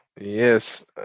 Yes